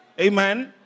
Amen